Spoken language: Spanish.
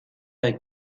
hay